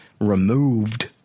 removed